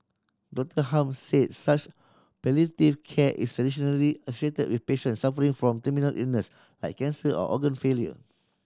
Doctor Hum say such palliative care is traditionally with patient suffering from terminal illness I cancer or organ failure